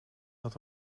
had